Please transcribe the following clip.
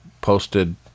posted